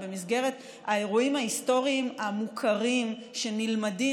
במסגרת האירועים ההיסטוריים המוכרים שנלמדים,